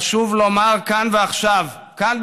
חשוב לומר כאן ועכשיו: כאן,